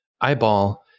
Eyeball